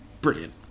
Brilliant